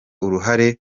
uruhare